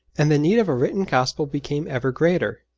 and the need of a written gospel became ever greater.